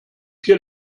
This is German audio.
hier